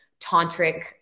tantric